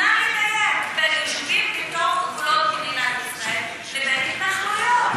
אז נא לדייק: בין יישובים בתוך גבולות מדינת ישראל לבין התנחלויות,